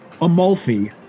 Amalfi